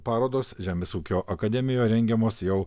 parodos žemės ūkio akademijoj rengiamos jau